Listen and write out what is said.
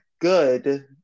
good